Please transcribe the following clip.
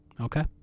Okay